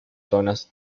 zonas